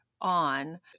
on